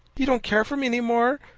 you don't care for me any more,